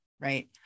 right